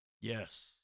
Yes